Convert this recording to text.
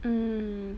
mm